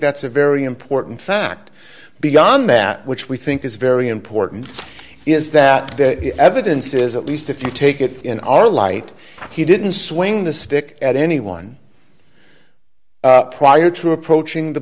that's a very important fact beyond that which we think is very important is that the evidence is at least if you take it in our light he didn't swing the stick at anyone prior to approaching the